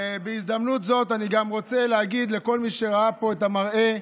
בהזדמנות זו אני גם רוצה להגיד לכל מי שראה פה את המראה,